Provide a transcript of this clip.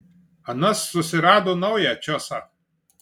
anas susirado naują čiosą